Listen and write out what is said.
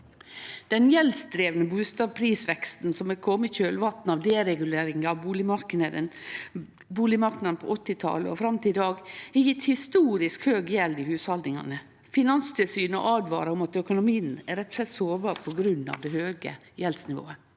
Den gjeldsdrivne bustadprisveksten som har kome i kjølvatnet av dereguleringa av bustadmarknaden på 1980-talet og fram til i dag, har gjeve historisk høg gjeld i hushalda. Finanstilsynet åtvarar om at økonomien rett og slett er sårbar på grunn av det høge gjeldsnivået.